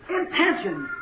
intentions